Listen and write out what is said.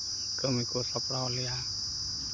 ᱠᱟᱹᱢᱤ ᱠᱚ ᱥᱟᱯᱲᱟᱣ ᱞᱮᱭᱟ